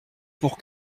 pour